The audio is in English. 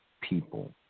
people